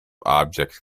objects